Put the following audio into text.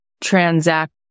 transact